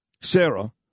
Sarah